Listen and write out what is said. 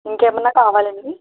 ఇంకా ఏమన్న కావాల అండి